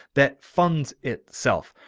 that funds itself,